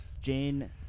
Jane